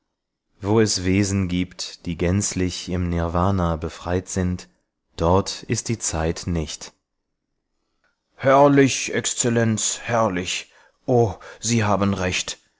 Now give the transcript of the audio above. wo es wesen gibt die gänzlich im nirvana befreit sind dort ist die zeit nicht herrlich exzellenz herrlich o sie haben recht